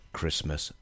Christmas